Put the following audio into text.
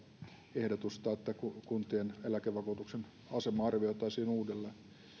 ehdotusta että kuntien eläkevakuutuksen asema arvioitaisiin uudelleen